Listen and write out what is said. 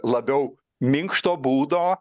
labiau minkšto būdo